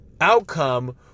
outcome